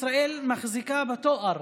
ישראל מחזיקה בתואר